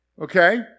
Okay